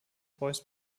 boys